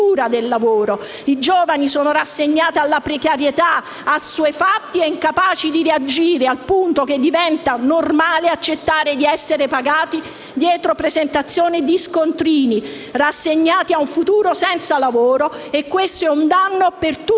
I giovani sono ormai rassegnati alla precarietà, assuefatti e incapaci di reagire, al punto che diventa normale accettare di essere pagati dietro presentazione di scontrini; rassegnati a un futuro senza lavoro e questo è un danno per tutta